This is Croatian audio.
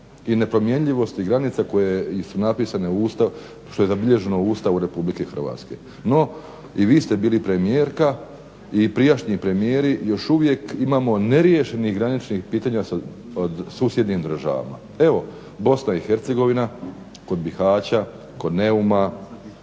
i nepromjenjivosti granica koje su napisane u Ustavu, što je zabilježeno u Ustavu RH. No i vi ste bili premijerka i prijašnji premijeri, još uvijek imamo neriješenih graničnih pitanja sa susjednim državama. Evo, Bosna i Hercegovina, kod Bihaća, kod Neuma,